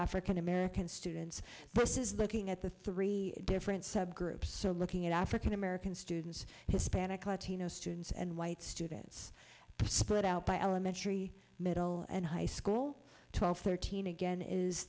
african american students this is looking at the three different subgroups are looking at african american students hispanic latino students and white students split out by elementary middle and high school twelve thirteen again is